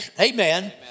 Amen